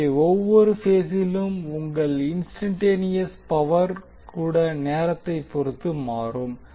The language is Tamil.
எனவே ஒவ்வொரு பேசிலும் உங்கள் இன்ஸ்டன்ட்டேனியஸ் பவர் கூட நேரத்தைப் பொறுத்து மாறும்